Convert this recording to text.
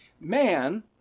Man